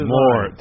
more